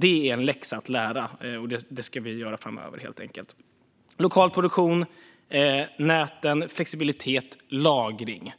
Det är en läxa att lära, och det ska vi göra framöver. När det gäller lokal produktion, näten, flexibilitet och lagring